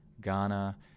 Ghana